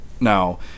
Now